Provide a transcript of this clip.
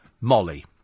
Molly